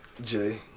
Jay